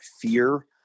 fear